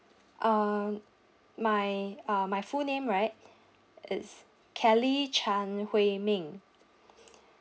uh my uh my full name right it's kelly chan hui ming